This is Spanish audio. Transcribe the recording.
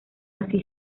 así